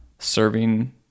serving